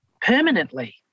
permanently